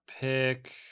pick